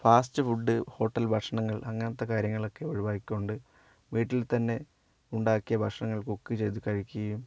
fast food hotel ഭക്ഷണങ്ങൾ അങ്ങനത്തെ കാര്യങ്ങളൊക്കെ ഒഴിവാക്കിക്കൊണ്ട് വീട്ടിൽ തന്നെ ഉണ്ടാക്കിയ ഭക്ഷണങ്ങൾ കുക്ക് ചെയ്തു കഴിക്കുകയും